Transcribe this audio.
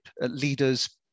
leaders